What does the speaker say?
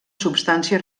substància